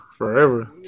forever